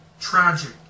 tragic